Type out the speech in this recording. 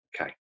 Okay